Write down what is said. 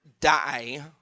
die